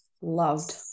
loved